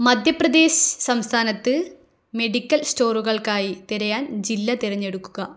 മധ്യ പ്രദേശ് സംസ്ഥാനത്ത് മെഡിക്കൽ സ്റ്റോറുകൾക്കായി തിരയാൻ ജില്ല തിരഞ്ഞെടുക്കുക